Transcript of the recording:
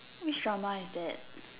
which drama is that